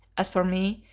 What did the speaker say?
as for me,